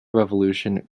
revolution